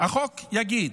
החוק יגיד: